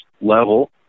level